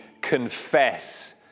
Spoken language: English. confess